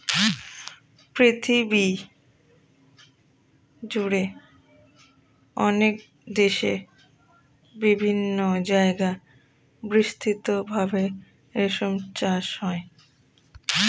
পৃথিবীজুড়ে অনেক দেশে বিভিন্ন জায়গায় বিস্তৃত ভাবে রেশম চাষ হয়